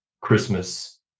Christmas